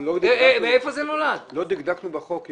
דקדקנו בחוק.